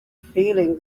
feeling